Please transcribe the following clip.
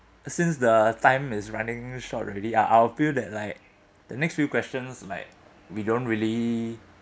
since the time is running short already I I'll feel that like the next few questions like we don't really